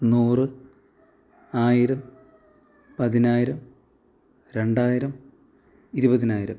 നൂറ് ആയിരം പതിനായിരം രണ്ടായിരം ഇരുപതിനായിരം